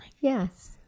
Yes